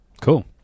Cool